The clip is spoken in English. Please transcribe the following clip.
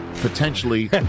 potentially